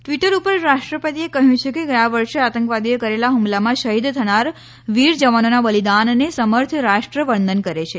Twitter ઉપર રાષ્ટ્રલપતિએ કહ્યું છે કે ગયા વર્ષે આતંકવાદીઓએ કરેલા હુમલામાં શહિદ થનાર વિર જવાનોના બલિદાનને સમર્થ રાષ્ટ્ર્ય વંદન કરે છે